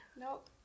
Nope